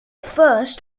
first